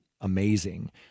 amazing